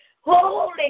Holy